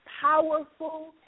powerful